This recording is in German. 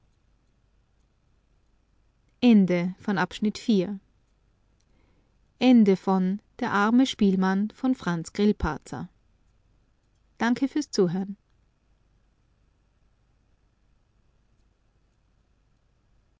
der arme spielmann by franz